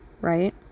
right